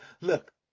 Look